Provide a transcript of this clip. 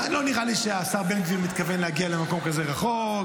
לא נראה לי שהשר בן גביר מתכוון להגיע למקום כזה רחוק.